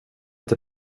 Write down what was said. inte